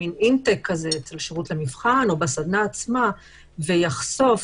בשירות המבחן או בסדנה עצמה ויחשוף,